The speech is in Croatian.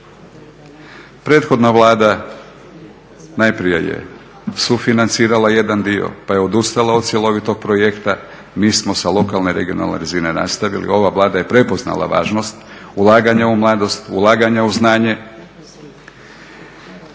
Prethodna Vlada najprije je sufinancirala jedan dio, pa je odustala od cjelovitog projekta. Mi smo sa lokalne regionalne razine nastavili, ova Vlada je prepoznala važnost ulaganja u mladost, ulaganja u znanje